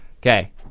okay